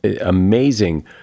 amazing